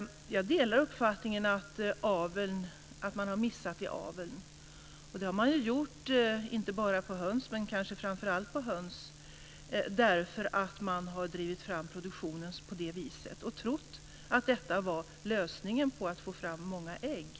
Jag delar uppfattningen att man har missat i aveln - dock inte bara vad gäller höns, men kanske framför allt vad gäller höns - därför att man har drivit fram produktionen på det här viset och trott att det är lösningen på att få fram många ägg.